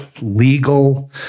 legal